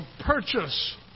purchase